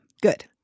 Good